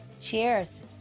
Cheers